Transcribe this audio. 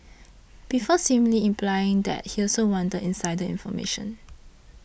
before seemingly implying that he also wanted insider information